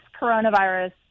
coronavirus